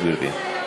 יואל.